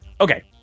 Okay